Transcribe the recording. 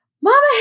Mama